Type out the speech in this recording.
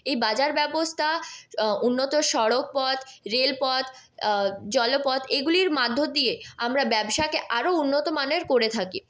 এই বাজার ব্যবস্থা উন্নত সড়কপথ রেলপথ জলপথ এগুলির মধ্য দিয়ে আমরা ব্যবসাকে আরো উন্নত মানের করে থাকি